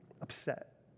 upset